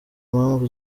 impamvu